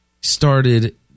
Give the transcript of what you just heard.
started